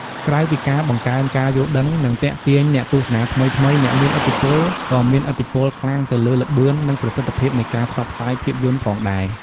ក្រៅពីការបង្កើនការយល់ដឹង និងទាក់ទាញអ្នកទស្សនាថ្មីៗ អ្នកមានឥទ្ធិពលក៏មានឥទ្ធិពលខ្លាំងទៅលើល្បឿន និងប្រសិទ្ធភាពនៃការផ្សព្វផ្សាយភាពយន្តផងដែរ។